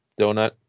donut